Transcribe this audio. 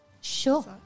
Sure